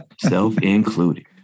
Self-included